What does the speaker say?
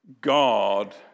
God